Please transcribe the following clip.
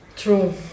true